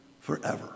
forever